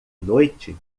noite